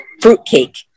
fruitcake